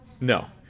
No